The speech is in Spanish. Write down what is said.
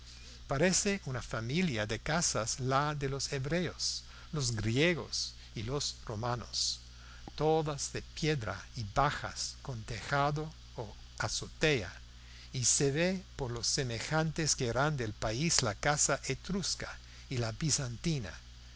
parece una familia de casas la de los hebreos los griegos y los romanos todas de piedra y bajas con tejado o azotea y se ve por lo semejantes que eran del país la casa etrusca y la bizantina